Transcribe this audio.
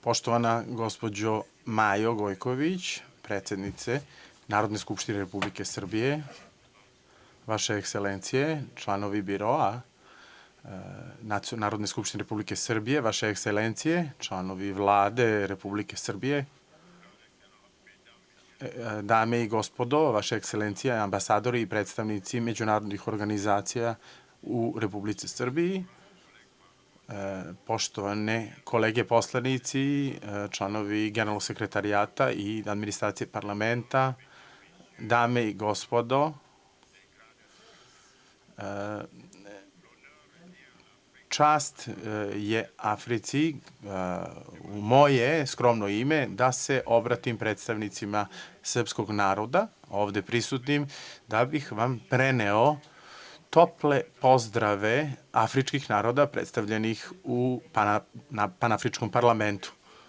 Poštovana gospođo Majo Gojković, predsednice Narodne skupštine Republike Srbije, vaše ekselencije, članovi biroa Narodne skupštine Republike Srbije, vaše ekselencije, članovi Vlade Republike Srbije, dame i gospodo, vaše ekselencije i ambasadori i predstavnici međunarodnih organizacija u Republici Srbiji, poštovane kolege poslanici i članovi generalnog sekretarijata i administracije parlamenta, dame i gospodo, čast je Africi u moje skromno ime da se obratim predstavnicima srpskog naroda, ovde prisutnim da bih vam preneo tople pozdrave afričkih naroda predstavljenih u Panafričkom parlamentu.